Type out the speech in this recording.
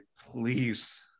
Please